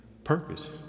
purpose